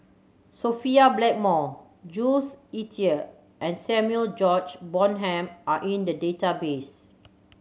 Sophia Blackmore Jules Itier and Samuel George Bonham are in the database